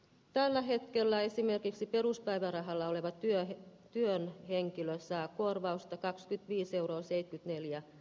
tällä hetkellä esimerkiksi peruspäivärahalla oleva työ ja työn henkilö saa korvausta kakskytviis euroa seitkytneljä